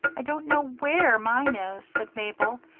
i don't know where mine is, said mabel,